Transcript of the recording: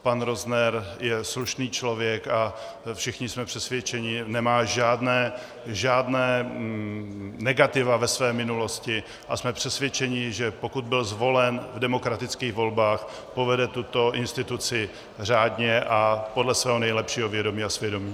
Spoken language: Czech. Pan Rozner je slušný člověk, všichni jsme přesvědčeni, nemá žádná negativa ve své minulosti, a jsme přesvědčeni, že pokud byl zvolen v demokratických volbách, povede tuto instituci řádně a podle svého nejlepšího vědomí a svědomí.